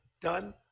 done